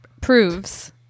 Proves